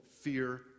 fear